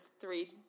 three